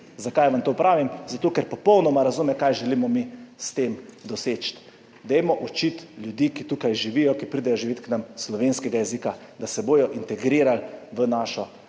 Zakaj vam to pravim? Zato ker popolnoma razume, kaj želimo mi s tem doseči. Dajmo učiti ljudi, ki tukaj živijo, ki pridejo živet k nam, slovenski jezik, da se bodo integrirali v našo